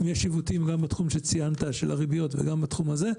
ואם יש עיוותים גם בתחום שציינת של הריביות וגם בתחום הזה,